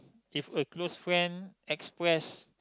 if a close friend express